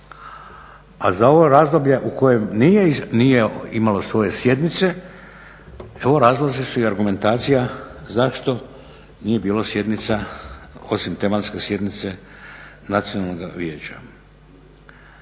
A za ovo razdoblje u kojem nije imalo svoje sjednice evo razlozi su i argumentacija zašto nije bilo sjednica osim tematske sjednice Nacionalnoga vijeća.